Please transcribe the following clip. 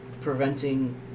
preventing